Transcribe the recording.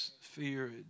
Fear